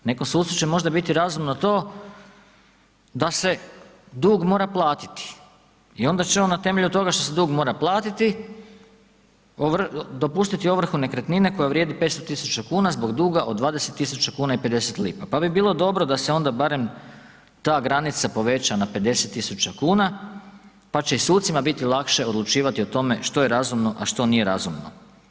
Nekom sucu će možda biti razumno to da se dug mora platiti i onda će on na temelju toga što se dug mora platiti dopustiti ovrhu nekretnine koja vrijedi 500.000,00 kn zbog duga od 20.000,50 kn, pa bi bilo dobro da se onda barem ta granica poveća na 50.000,00 kn, pa će i sucima biti lakše odlučivati o tome što je razumno, a što nije razumno.